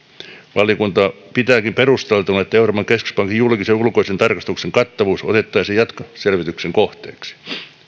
valiokunta pitääkin perusteltuna että euroopan keskuspankin julkisen ulkoisen tarkastuksen kattavuus otettaisiin jatkoselvityksen kohteeksi